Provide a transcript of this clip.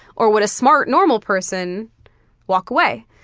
or would a smart normal person walk away?